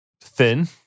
thin